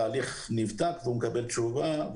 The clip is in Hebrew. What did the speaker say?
התהליך נבדק והוא מקבל תשובה.